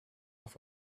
off